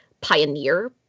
pioneer